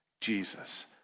Jesus